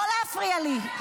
לא להפריע לי.